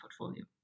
portfolio